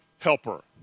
helper